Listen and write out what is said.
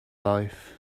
life